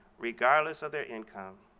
regardless of their income,